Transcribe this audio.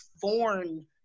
foreign